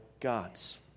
gods